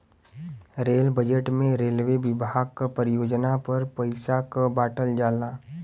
rail budget में railway विभाग क परियोजना पर पइसा क बांटल जाला